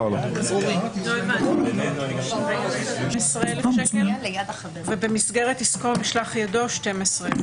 בשעה 13:18 ונתחדשה בשעה 13:26.)